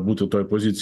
būti toj pozicijoj